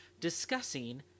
discussing